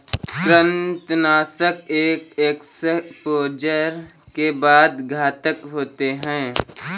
कृंतकनाशक एक एक्सपोजर के बाद घातक होते हैं